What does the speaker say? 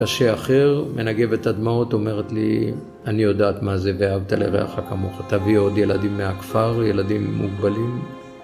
כאשר אחר מנגב את הדמעות אומרת לי אני יודעת מה זה ואהבת לרעך כמוך. תביא עוד ילדים מהכפר, ילדים מוגבלים